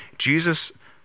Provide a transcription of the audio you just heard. Jesus